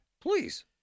Please